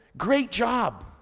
great job!